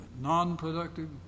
non-productive